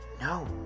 no